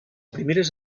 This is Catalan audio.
primeres